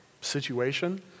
situation